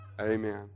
Amen